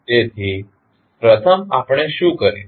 તેથી પ્રથમ આપણે શું કરીશું